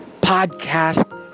podcast